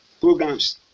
programs